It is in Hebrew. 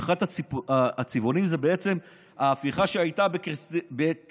מהפכת הצבעונים זה בעצם ההפיכה שהייתה בקיריגיזסטן,